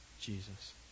Jesus